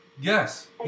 Yes